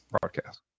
broadcast